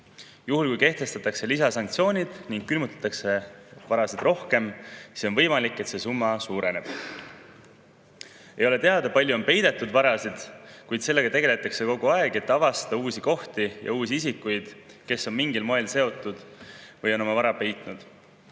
Juhul kui kehtestatakse lisasanktsioonid ning külmutatakse varasid rohkem, siis on võimalik, et see summa suureneb. Ei ole teada, kui palju on peidetud varasid, kuid sellega tegeldakse kogu aeg, et avastada uusi kohti ja uusi isikuid, kes on mingil moel seotud või on oma vara peitnud.